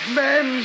men